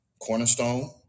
Cornerstone